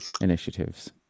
initiatives